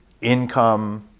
income